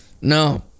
No